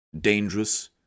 dangerous